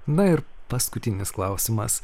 na ir paskutinis klausimas